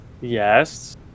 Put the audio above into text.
Yes